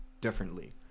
differently